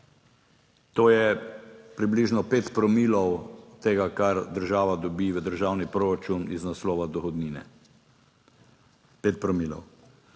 To je približno 5 promilov tega, kar država dobi v državni proračun iz naslova dohodnine. 5 promilov.